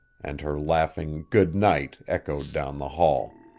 and her laughing good night echoed down the hall.